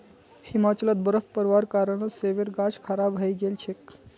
हिमाचलत बर्फ़ पोरवार कारणत सेबेर गाछ खराब हई गेल छेक